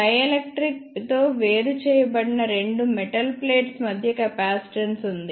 dielectric తో వేరు చేయబడిన రెండు మెటల్ ప్లేట్స్ మధ్య కెపాసిటెన్స్ ఉంది